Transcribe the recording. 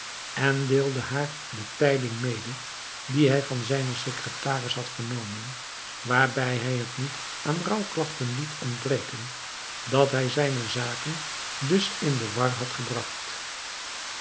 en deelde haar de tijding mede die hij van zijnen secretaris had vernomen waarbij hij het niet aan rouwklagten liet ontbreken dat hij zijne zaken dus in de war had gebragt